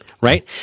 right